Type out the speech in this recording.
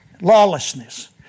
lawlessness